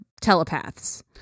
telepaths